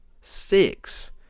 six